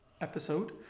episode